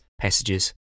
passages